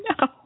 No